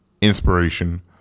inspiration